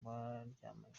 baryamanye